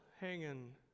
hanging